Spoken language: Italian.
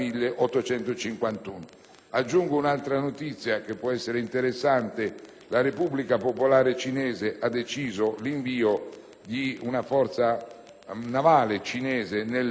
Aggiungo un'altra notizia che può essere interessante: la Repubblica popolare cinese ha deciso l'invio di una propria forza navale nell'area.